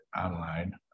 online